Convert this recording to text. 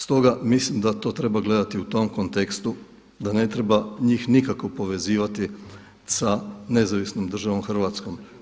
Stoga mislim da to treba gledati u tom kontekstu, da ne treba njih nikako povezivati sa nezavisnom državom Hrvatskom.